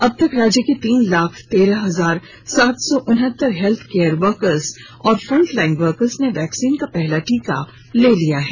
अब तक राज्य के तीन लाख तेरह हजार सात सौ उनहत्तर हेल्थ केयर वर्कर और फ्रंट लाइन वर्कर ने वैक्सीन का पहला टीका ले लिया है